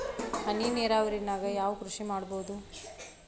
ಹನಿ ನೇರಾವರಿ ನಾಗ್ ಯಾವ್ ಕೃಷಿ ಮಾಡ್ಬೋದು?